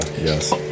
yes